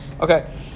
Okay